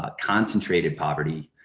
ah concentrated poverty,